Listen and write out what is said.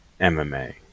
MMA